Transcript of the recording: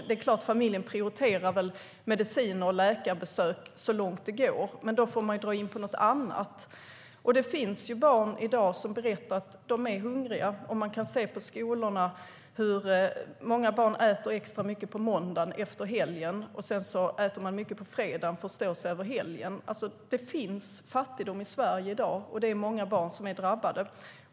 Det är klart att familjen prioriterar mediciner och läkarbesök så långt det går. Men då får de dra in på något annat. Det finns barn i dag som berättar att de är hungriga. Man kan se på skolorna att många barn äter extra mycket på måndagen efter helgen. Sedan äter de mycket på fredagen för att stå sig över helgen. Det finns alltså fattigdom i Sverige i dag, och det är många barn som är drabbade.